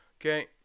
okay